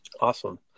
awesome